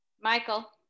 Michael